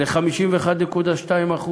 ל-51.2%.